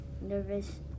nervous